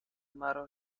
مرا